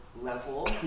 level